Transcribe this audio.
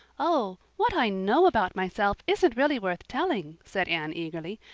oh, what i know about myself isn't really worth telling, said anne eagerly.